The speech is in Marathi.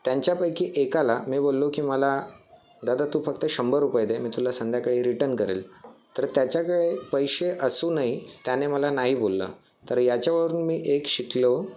त्यांच्यापैकी एकाला मी बोललो की मला दादा तू फक्त शंभर रुपये दे मी तुला संध्याकाळी रिटर्न करेल तर त्याच्याकडे पैसे असूनही त्याने मला नाही बोलला तर याच्यावरून मी एक शिकलो